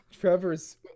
Trevor's –